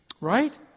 Right